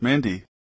Mandy